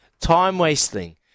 Time-wasting